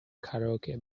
karaoke